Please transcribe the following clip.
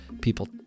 people